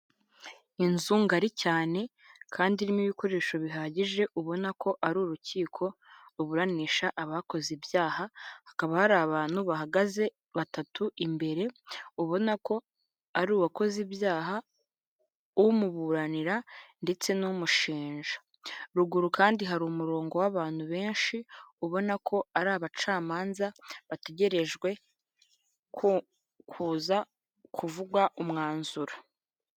Inzu ngari cyane kandi irimo ibikoresho bihagije ubona ko ari urukiko ruburanisha abakoze ibyaha, hakaba hari abantu bahagaze batatu imbere ubona ko ari uwakoze ibyaha, umuburanira ndetse n'umushinja. Ruguru kandi hari umurongo w'abantu benshi, ubona ko ari abacamanza bategerejwe kuza kuvugwa umwanzuro.